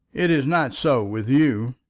it is not so with you.